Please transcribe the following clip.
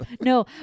No